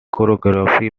choreography